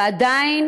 ועדיין